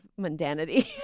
mundanity